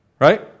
right